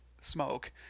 smoke –